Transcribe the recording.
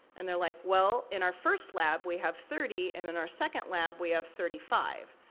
and they're like, well, in our first lab we have thirty, and in our second lab we have thirty five.